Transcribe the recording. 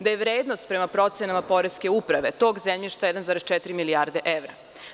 Da je vrednost prema procenama Poreske uprave tog zemljišta 1,4 milijarde evra.